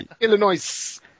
Illinois